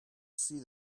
see